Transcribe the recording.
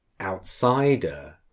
outsider